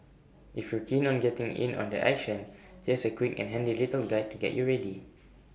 if you're keen on getting in on the action here's A quick and handy little guide to get you ready